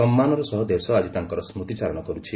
ସମ୍ମାନର ସହ ଦେଶ ଆଜି ତାଙ୍କର ସ୍କତିଚାରଣ କରୁଛି